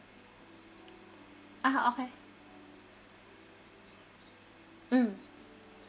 ah okay mm